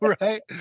right